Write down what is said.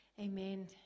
Amen